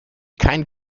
kein